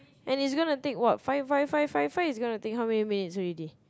and it's going to take what five five five five five is going to take how many minutes already